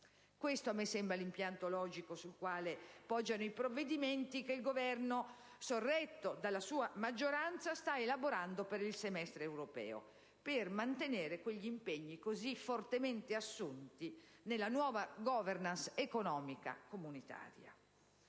Questo mi sembra l'impianto logico sul quale poggiano i provvedimenti che il Governo, sorretto dalla sua maggioranza, sta elaborando per il semestre europeo, per mantenere quegli impegni così fortemente assunti per la nuova *governance* economica comunitaria.